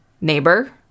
neighbor